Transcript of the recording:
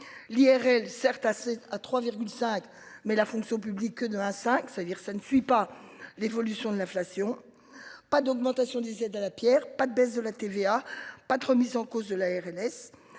assez à 3,5 mais la fonction publique de 1 5, c'est-à-dire ça ne suit pas l'évolution de l'inflation. Pas d'augmentation des aides à la Pierre, pas de baisse de la TVA. Pas de remise en cause de la ARS